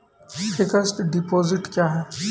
Fixed deposit क्या हैं?